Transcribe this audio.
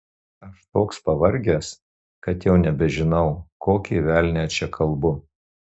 aš toks pavargęs kad jau nebežinau kokį velnią čia kalbu